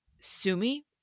Sumi